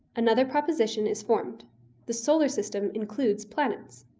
another proposition is formed the solar system includes planets.